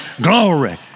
glory